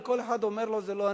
וכל אחד אומר: לא,